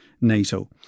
NATO